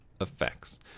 effects